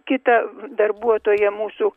kita darbuotoja mūsų